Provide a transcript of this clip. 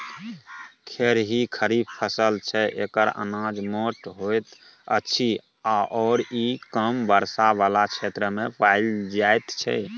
खेरही खरीफ फसल छै एकर अनाज मोट होइत अछि आओर ई कम वर्षा बला क्षेत्रमे पाएल जाइत छै